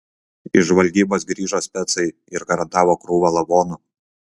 iš žvalgybos grįžo specai ir garantavo krūvą lavonų